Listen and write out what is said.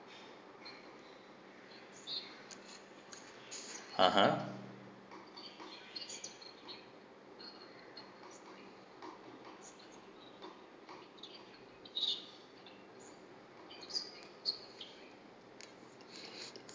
(uh huh)